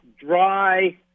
dry